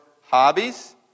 hobbies